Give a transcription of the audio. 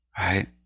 right